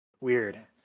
Weird